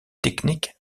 technique